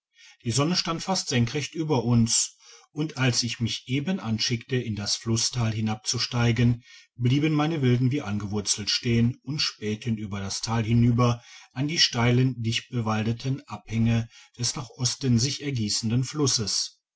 die sonne stand fast senkrecht über uns und als ich mich eben anschickte in das flusstal hinabzusteigen blieben meine wilden wie angewurzelt stehen und spähten über das tal hinüber an die steilen dichtbewaldeten abhänge des nach osten sich ergiessenden flusses